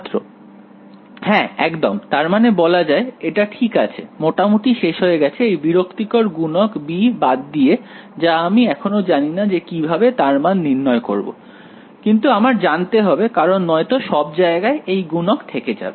ছাত্র হ্যাঁ একদম তারমানে বলা যায় এটা ঠিক আছে মোটামুটি শেষ হয়ে গেছে এই বিরক্তকর গুণক b বাদ দিয়ে যা আমি এখনো জানিনা যে কিভাবে তার মান নির্ণয় করব কিন্তু আমার জানতে হবে কারণ নয়তো সব জায়গায় এই গুণক থেকে যাবে